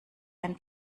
ein